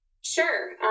Sure